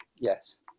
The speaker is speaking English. Yes